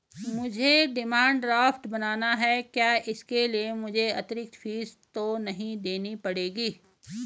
मुझे demand draft बनाना है क्या इसके लिए मुझे अतिरिक्त फीस तो नहीं देनी पड़ेगी?